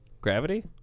Gravity